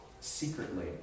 secretly